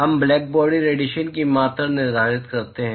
हम blackbody radiation की मात्रा निर्धारित करते हैं